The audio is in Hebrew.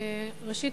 ראשית,